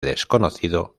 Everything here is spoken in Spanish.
desconocido